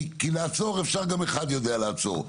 כי לעצור, גם אחד יודע לעצור.